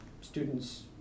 students